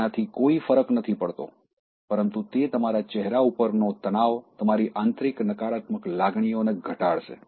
તેનાથી કોઈ ફરક નથી પડતો પરંતુ તે તમારા ચહેરા ઉપરનો તણાવ તમારી આંતરિક નકારાત્મક લાગણીઓને ઘટાડશે